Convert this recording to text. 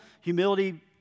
Humility